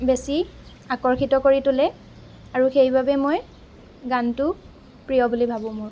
বেছি আকৰ্ষিত কৰি তোলে আৰু সেইবাবেই মই গানটো প্ৰিয় বুলি ভাবোঁ মোৰ